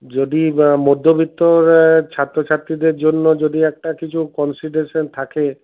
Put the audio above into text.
যদি মধ্যবিত্তরা ছাত্রছাত্রীদের জন্য যদি একটা কিছু কন্সিডারেশন থাকে